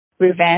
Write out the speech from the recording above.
Revenge